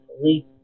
police